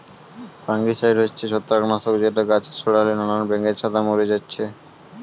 fungicide হচ্ছে ছত্রাক নাশক যেটা গাছে ছোড়ালে নানান ব্যাঙের ছাতা মোরে যাচ্ছে